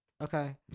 Okay